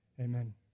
amen